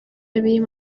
birimo